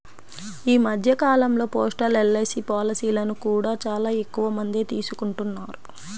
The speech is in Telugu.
ఈ మధ్య కాలంలో పోస్టల్ ఎల్.ఐ.సీ పాలసీలను కూడా చాలా ఎక్కువమందే తీసుకుంటున్నారు